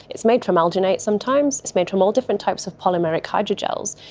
it's made from alginate sometimes, it's made from all different types of polymeric hydrogels,